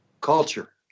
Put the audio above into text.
culture